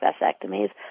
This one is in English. vasectomies